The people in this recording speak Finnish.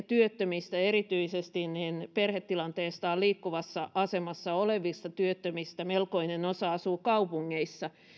työttömistä erityisesti perhetilanteestaan liikkuvassa asemassa olevista työttömistä melkoinen osa asuu kaupungeissa